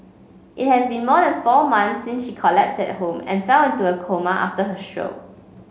it has been more than four months since she collapsed at home and fell into a coma after her show